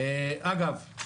אגב,